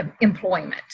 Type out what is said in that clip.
employment